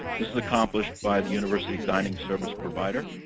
this is accomplished by the university dining service provider,